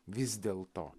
vis dėlto